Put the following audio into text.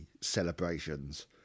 celebrations